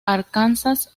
arkansas